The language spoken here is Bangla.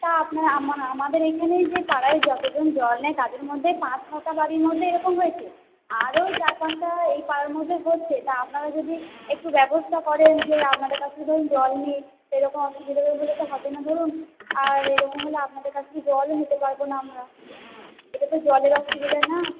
তা আমাদের এইখানে যে পাড়ায় যতজন জল নেয় তাদের মধ্যে পাঁচ ছটা বাড়ির মধ্যে এরকম হয়েছে আরও চার পাঁচটা এই পাড়ার মধ্যে হচ্ছে তা আপনারা যদি একটু ব্যবস্থা করেন যে আপনাদের কাছ থেকে ধরুন জল নিই এরকম অসুবিধা হলে তো হবে না ধরুন আর এইরকম হলে আপনাদের কাছ থেকে জলও নিতে পারব না আমরা এটা তো জলের অসুবিধা না